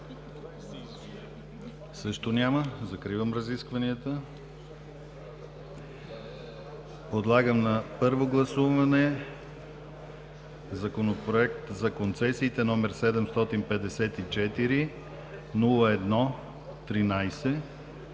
Също няма. Закривам разискванията. Подлагам на първо гласуване Законопроект за концесиите, № 754-01-13,